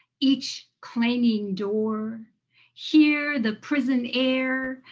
each clanging door here the prison air,